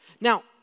Now